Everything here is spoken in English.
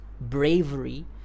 bravery